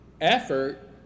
effort